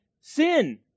sin